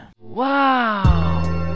Wow